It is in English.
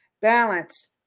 Balance